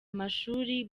amashuri